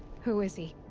who is he?